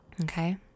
okay